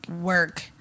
work